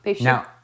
Now